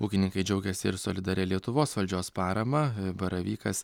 ūkininkai džiaugiasi ir solidaria lietuvos valdžios parama baravykas